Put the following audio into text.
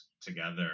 together